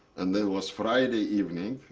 and then was friday evening,